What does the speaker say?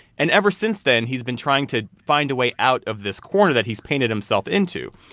and ever since then, he's been trying to find a way out of this corner that he's painted himself into.